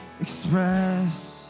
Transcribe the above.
Express